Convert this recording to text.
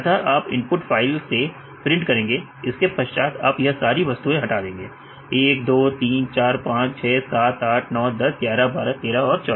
अतः आप input file से प्रिंट करेंगे इसके पश्चात आप यह सारी वस्तुएं हटा देंगे 1 2 34 5 6 7 8 9 1011 12 13 14